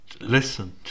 Listen